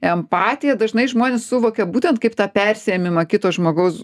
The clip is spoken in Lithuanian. empatiją dažnai žmonės suvokia būtent kaip tą persiėmimą kito žmogaus